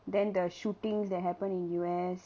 then the shootings that happen in U_S